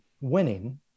winning